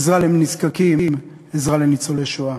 עזרה לנזקקים, עזרה לניצולי שואה.